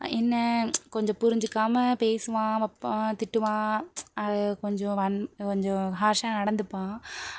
என்ன கொஞ்சம் புரிஞ்சிக்காமல் பேசுவான் வைப்பான் திட்டுவான் அது கொஞ்சம் வந் கொஞ்சம் ஹார்ஷாக நடந்துப்பான்